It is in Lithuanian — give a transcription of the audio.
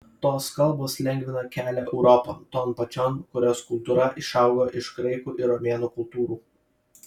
tos kalbos lengvina kelią europon ton pačion kurios kultūra išaugo iš graikų ir romėnų kultūrų